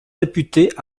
réputées